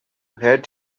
had